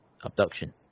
abduction